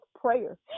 prayer